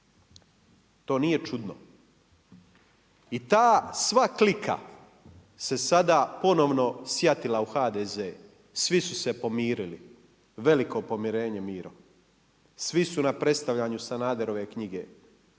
To nije čudno. I ta sva klika, se sada ponovno sjatila u HDZ. Svi su se pomirili. Veliko pomirenje Miro. Svi su na predstavljanju Sanaderove knjige.